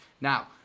Now